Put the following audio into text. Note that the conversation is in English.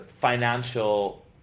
financial